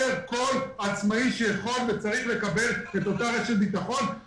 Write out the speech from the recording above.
כל עצמאי שיכול וצריך לקבל את אותה רשת ביטחון.